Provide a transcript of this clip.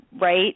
right